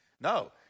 No